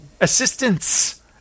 Assistance